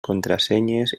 contrasenyes